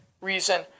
reason